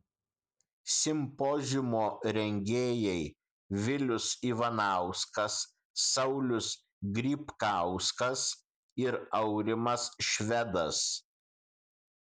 simpoziumo rengėjai vilius ivanauskas saulius grybkauskas ir aurimas švedas